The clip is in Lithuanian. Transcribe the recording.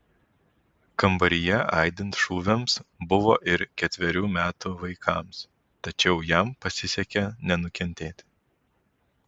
kambaryje aidint šūviams buvo ir ketverių metų vaikams tačiau jam pasisekė nenukentėti